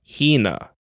Hina